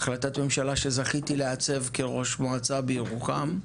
החלטת ממשלה שזכיתי לעצב כראש מועצה בירוחם,